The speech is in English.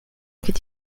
could